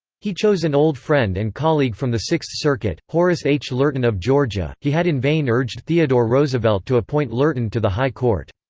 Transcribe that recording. he chose an old friend and colleague from the sixth circuit, horace h. lurton of georgia he had in vain urged theodore roosevelt to appoint lurton to the high court.